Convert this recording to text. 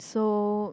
so